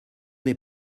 des